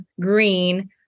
green